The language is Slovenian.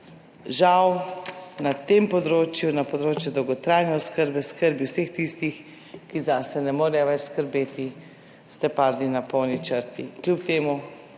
žal, na tem področju, na področju dolgotrajne oskrbe skrbi vseh tistih, ki zase ne morejo več skrbeti, ste padli na polni črti, kljub temu,